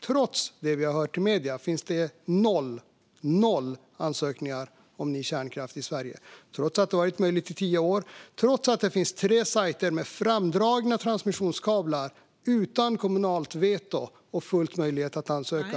Trots det vi har hört i medierna finns det noll ansökningar om ny kärnkraft i Sverige trots att det har varit möjligt i tio år och trots att det finns tre siter med framdragna transmissionskablar, utan kommunalt veto och med full möjlighet att ansöka.